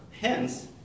hence